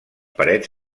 parets